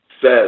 says